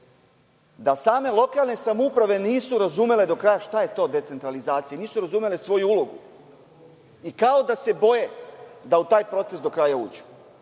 da same lokalne samouprave nisu razumele do kraja šta je to decentralizacija, nisu razumele svoju ulogu i kao da se boje da u taj proces do kraja uđu